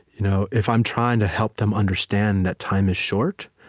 you know if i'm trying to help them understand that time is short,